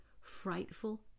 frightful